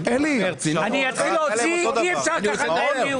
אני אתחיל להוציא, אי אפשר ככה לנהל דיון.